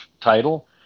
title